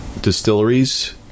distilleries